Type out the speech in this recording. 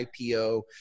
IPO